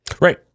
Right